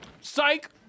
Psych